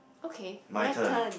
okay my turn